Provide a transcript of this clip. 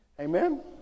amen